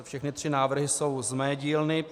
Všechny tři návrhy jsou z mé dílny.